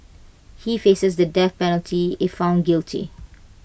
he faces the death penalty if found guilty